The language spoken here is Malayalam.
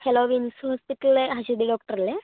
ഹലോ വിങ്ങ്സ് ഹോസ്പിറ്റലിലെ അശ്വതി ഡോക്ടറല്ലേ